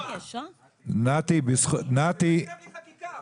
זה לא יקרה בלי חקיקה.